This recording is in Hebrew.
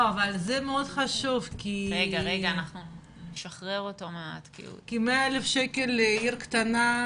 זה מאוד חשוב כי 100,000 שקלים לעיר קטנה,